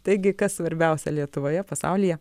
taigi kas svarbiausia lietuvoje pasaulyje